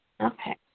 Okay